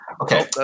Okay